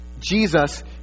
Jesus